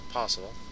possible